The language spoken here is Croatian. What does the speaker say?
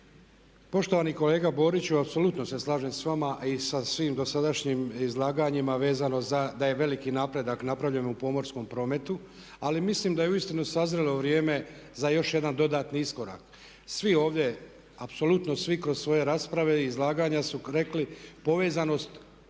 Poštovani kolega Boriću, apsolutno se slažem sa vama i sa svim dosadašnjim izlaganjima vezano za, da je veliki napredak napravljen u pomorskom prometu. Ali mislim da je uistinu sazrelo vrijeme za još jedan dodatni iskorak. Svi ovdje, apsolutno svi kroz svoje rasprave i izlaganja su rekli povezanost